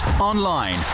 online